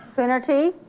coonerty?